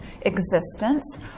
existence